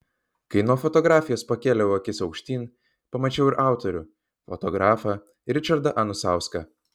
kai nuo fotografijos pakėliau akis aukštyn pamačiau ir autorių fotografą ričardą anusauską